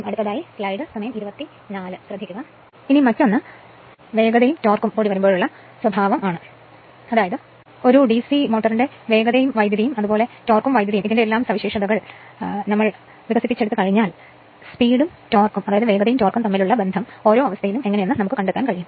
അതിനാൽ ഈ സാഹചര്യത്തിലും ഷണ്ട് മോട്ടോറിനുള്ള സ്പീഡ് ടോർക്ക് സവിശേഷതകൾ കണ്ടെത്തും